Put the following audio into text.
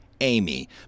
Amy